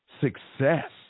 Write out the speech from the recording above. success